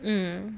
mm